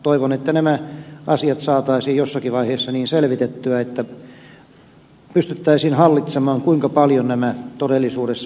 toivon että nämä asiat saataisiin jossakin vaiheessa selvitettyä niin että pystyttäisiin hallitsemaan kuinka paljon nämä todellisuudessa maksavat